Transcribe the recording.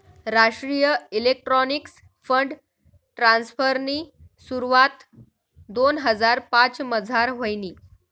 राष्ट्रीय electronics fund ट्रान्स्फरनी सुरवात दोन हजार पाचमझार व्हयनी